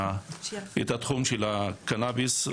את התחום של הקנביס.